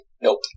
nope